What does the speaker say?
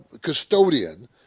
custodian